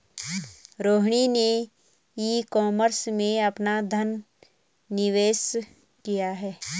रोहिणी ने e commerce में अपना धन निवेश किया